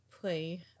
play